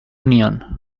nion